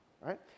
right